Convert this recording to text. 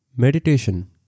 Meditation